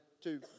two